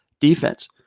defense